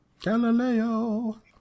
galileo